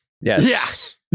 Yes